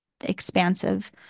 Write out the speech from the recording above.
expansive